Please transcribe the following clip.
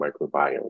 microbiome